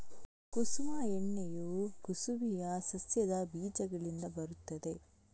ಕುಸುಮ ಎಣ್ಣೆಯು ಕುಸುಬೆಯ ಸಸ್ಯದ ಬೀಜಗಳಿಂದ ಬರುತ್ತದೆ